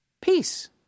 Peace